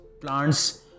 plants